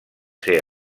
ser